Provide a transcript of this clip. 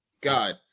God